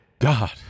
God